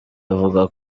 avuga